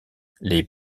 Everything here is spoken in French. les